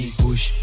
push